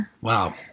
wow